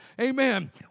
Amen